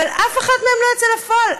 אבל אף אחת מהן לא יצאה לפועל,